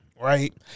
right